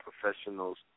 professionals